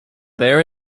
there